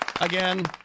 again